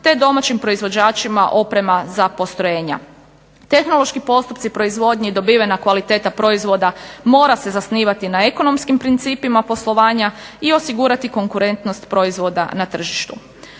te domaćim proizvođačima oprema za postrojenja. Tehnološki postupci proizvodnje i dobivena kvaliteta proizvoda mora se zasnivati na ekonomskim principima poslovanja i osigurati konkurentnost proizvoda na tržištu.